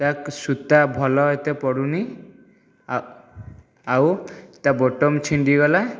ତା ସୂତା ଭଲ ଏତେ ପଡ଼ୁନି ଆଉ ତା ବଟନ୍ ଛିଣ୍ଡିଗଲା